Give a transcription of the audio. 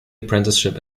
apprenticeship